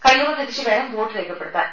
കൈയുറ ധരിച്ച് വേണം വോട്ട് രേഖപ്പെടുത്താൻ